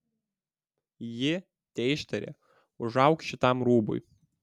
ji teištarė užauk šitam rūbui